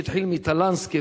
שהתחיל מטלנסקי,